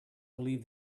believe